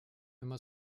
immer